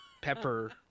pepper